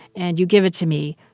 and you give it to me,